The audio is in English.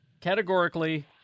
categorically